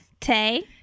Tay